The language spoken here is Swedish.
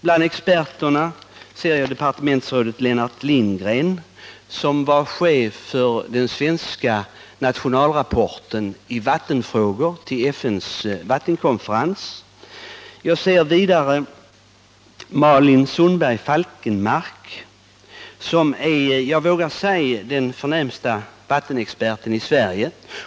Bland experterna ser jag departementsrådet Lennart Lindgren, som var chef för dem som utformade den svenska nationalrapporten i vattenfrågor till FN:s vattenkonferens. Jag ser vidare Malin Sundberg Falkenmark som, vågar jag säga, är den förnämsta vattenexperten i Sverige.